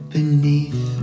Beneath